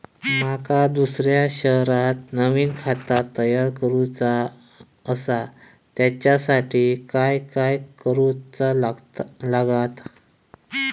माका दुसऱ्या शहरात नवीन खाता तयार करूचा असा त्याच्यासाठी काय काय करू चा लागात?